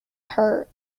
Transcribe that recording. hurt